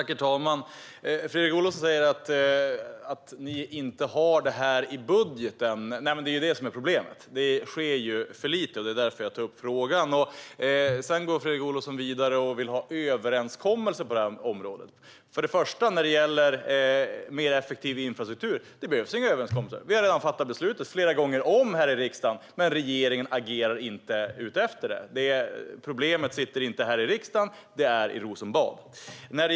Herr talman! Fredrik Olovsson säger att ni inte har detta i budgeten, och det är ju det som är problemet. Det sker för lite, och det är därför jag tar upp frågan. Sedan går Fredrik Olovsson vidare och vill ha överenskommelser på detta område. När det för det första gäller mer effektiv infrastruktur behövs det inga överenskommelser. Vi har redan fattat beslutet flera gånger om här i riksdagen, men regeringen agerar inte därefter. Problemet sitter inte här i riksdagen; det finns i Rosenbad.